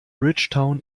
bridgetown